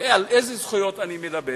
ועל איזה זכויות אני מדבר?